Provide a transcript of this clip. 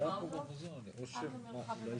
צחי רצה להתייחס לדברים האחרים.